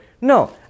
No